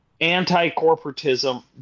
anti-corporatism